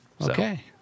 Okay